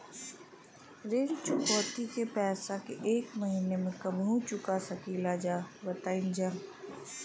ऋण चुकौती के पैसा एक महिना मे कबहू चुका सकीला जा बताईन जा?